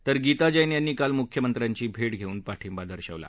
तर गीता जप्तयांनीं काल मुख्यमंत्र्यांची भेट धेऊन पाठिंबा दर्शवला